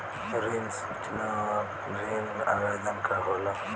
ऋण सूचना और ऋण आवेदन का होला?